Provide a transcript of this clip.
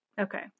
okay